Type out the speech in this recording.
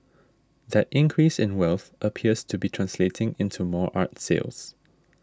that increase in wealth appears to be translating into more art sales